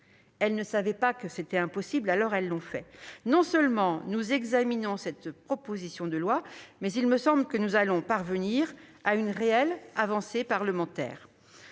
elles ne savaient pas que c'était impossible, alors elles l'ont fait ! Non seulement nous examinons cette proposition de loi, mais il me semble que nous allons parvenir à une réelle avancée parlementaire.